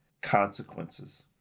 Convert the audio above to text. consequences